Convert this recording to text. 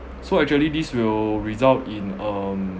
so actually this will result in um